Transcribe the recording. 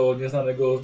nieznanego